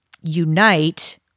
unite